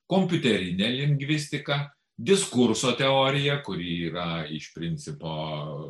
kompiuterinę lingvistiką diskurso teorija kuri yra iš principo